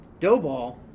Doughball